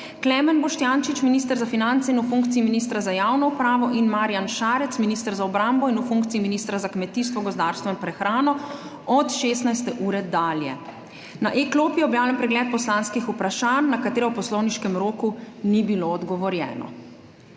Klemen Boštjančič, minister za finance in v funkciji ministra za javno upravo, in Marjan Šarec, minister za obrambo in v funkciji ministra za kmetijstvo, gozdarstvo in prehrano, od 16. ure dalje. Na e-klopi je objavljen pregled poslanskih vprašanj, na katera v poslovniškem roku ni bilo odgovorjeno.